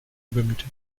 übermütig